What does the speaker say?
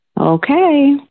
Okay